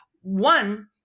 one